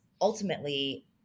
ultimately